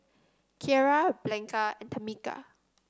Kiera Blanca and Tamica